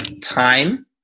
time